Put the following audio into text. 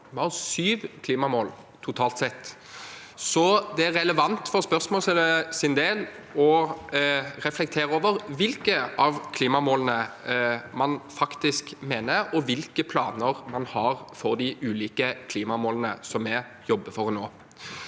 Vi har syv klimamål totalt sett, så det er relevant for spørsmålet sin del å reflektere over hvilke av klimamålene man faktisk mener, og hvilke planer man har for de ulike klimamålene som vi jobber for å